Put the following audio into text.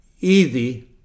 easy